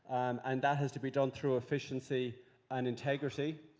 and that has to be done through efficiency and integrity.